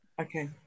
Okay